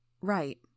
Right